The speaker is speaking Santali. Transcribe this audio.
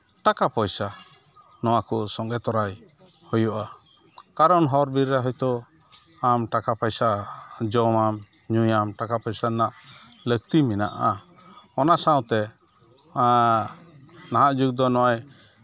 ᱴᱟᱠᱟ ᱯᱚᱭᱥᱟ ᱱᱚᱣᱟ ᱠᱚ ᱥᱚᱝᱜᱮ ᱛᱚᱨᱟᱭ ᱦᱩᱭᱩᱜᱼᱟ ᱠᱟᱨᱚᱱ ᱦᱚᱨ ᱵᱤᱨ ᱨᱮ ᱦᱚᱭᱛᱚ ᱟᱢ ᱴᱟᱠᱟ ᱯᱚᱭᱥᱟ ᱡᱚᱢᱟᱢ ᱧᱩᱭᱟᱢ ᱴᱟᱠᱟ ᱯᱚᱭᱥᱟ ᱨᱮᱱᱟᱜ ᱞᱟᱹᱠᱛᱤ ᱢᱮᱱᱟᱜᱼᱟ ᱚᱱᱟ ᱥᱟᱶᱛᱮ ᱱᱟᱦᱟᱜ ᱡᱩᱜᱽ ᱫᱚ ᱱᱚᱜᱼᱚᱸᱭ